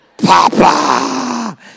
Papa